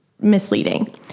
misleading